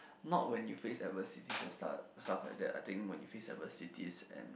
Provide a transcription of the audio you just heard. not when you face adversities and stuff stuff like that I think when you face adversities and